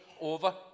over